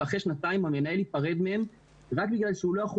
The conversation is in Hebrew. ואחרי שנתיים המנהל ייפרד מהם רק בגלל שהוא לא יכול